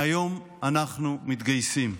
והיום אנחנו מתגייסים.